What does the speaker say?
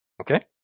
Okay